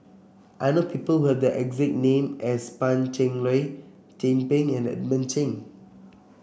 I know people who have the exact name as Pan Cheng Lui Chin Peng and Edmund Cheng